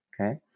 Okay